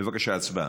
בבקשה הצבעה,